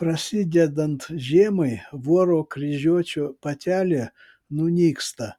prasidedant žiemai voro kryžiuočio patelė nunyksta